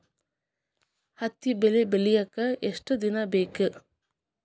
ಹತ್ತಿ ಬೆಳಿ ಬೆಳಿಯಾಕ್ ಎಷ್ಟ ದಿನ ಬೇಕ್?